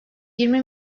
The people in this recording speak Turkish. yirmi